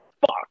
Fuck